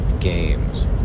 Games